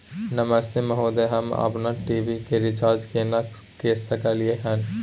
नमस्ते महोदय, हम अपन टी.वी के रिचार्ज केना के सकलियै हन?